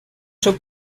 seu